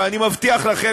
ואני מבטיח לכם